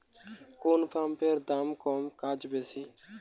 কোন পাম্পের দাম কম কাজ বেশি?